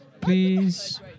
please